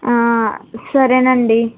సరేనండి